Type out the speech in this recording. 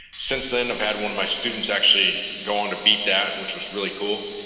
since then, i've had one of my students actually go on to beat that, which was really cool.